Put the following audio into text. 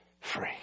free